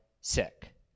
sick